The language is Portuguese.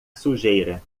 sujeira